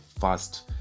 first